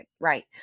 right